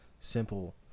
simple